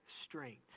strength